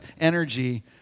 energy